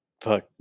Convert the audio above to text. fuck